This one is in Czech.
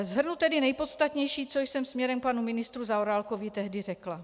Shrnu tedy nejpodstatnější, co jsem směrem k panu ministrovi Zaorálkovi tehdy řekla.